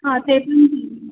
हां तेच मी बोलले